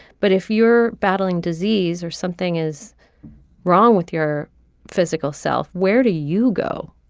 but if you're battling disease or something is wrong with your physical self. where do you go.